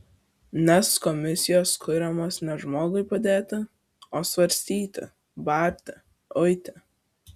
nes komisijos kuriamos ne žmogui padėti o svarstyti barti uiti